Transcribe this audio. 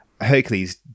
hercules